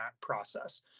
process